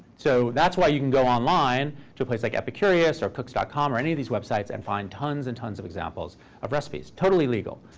so that's why you can go online to a place like epicurious or cooks dot com or any of these websites and find tons and tons of examples of recipes. totally legal.